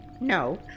No